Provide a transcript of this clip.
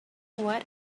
what